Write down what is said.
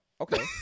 Okay